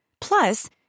Plus